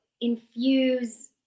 infuse